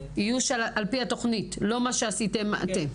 איוש על פי התוכנית, לא מה שעשיתם אתם.